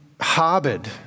harbored